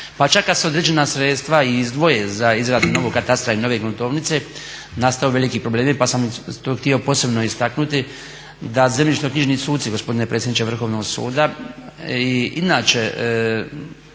pa čak kad se određena sredstva i izdvoje za izradu novog katastra i nove gruntovnice nastaju veliki problemi pa sam to htio posebno istaknuti da zemljišno-knjižni suci gospodine predsjedniče Vrhovnog suda i inače